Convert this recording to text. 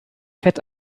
fett